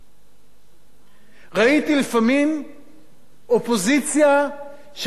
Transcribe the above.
ראיתי לפעמים אופוזיציה שכל כולה זה "דובי לא-לא".